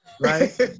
Right